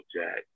Jack